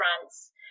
fronts